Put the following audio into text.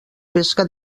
pesca